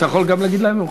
אתה יכול גם להגיד להם.